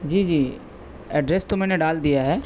جی جی ایڈریس تو میں نے ڈال دیا ہے